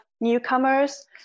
newcomers